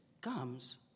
comes